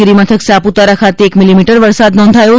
ગિરિમથક સાપુતારા ખાતે એક મીલીમીટર વરસાદ નોંધાયો છે